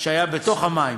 שהיה בתוך המים.